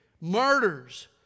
murders